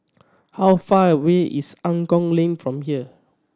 how far away is Angklong Lane from here